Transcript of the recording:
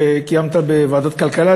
שקיימת בוועדת הכלכלה,